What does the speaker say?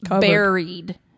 buried